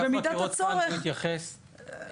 ובמידת הצורך --- יש פה ראש אגף חקירות,